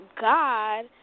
God